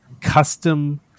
custom